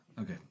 Okay